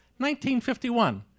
1951